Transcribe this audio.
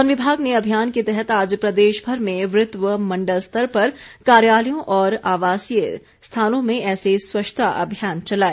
one विभाग ने अभियान के तहत आज प्रदेशभर में वृत व मंडल स्तर पर कार्यालयों और आवासीय स्थानों में ऐसे स्वच्छता अभियान चलाए